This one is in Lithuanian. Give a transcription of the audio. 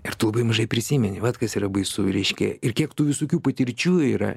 ir tu labai mažai prisimeni vat kas yra baisu reiškia ir kiek tų visokių patirčių yra